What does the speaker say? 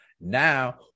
Now